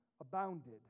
abounded